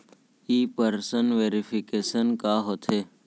In person verification का होथे?